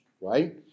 right